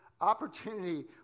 opportunity